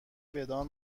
بدان